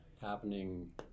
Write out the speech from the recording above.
happening